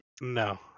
no